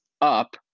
up